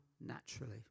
naturally